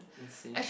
insane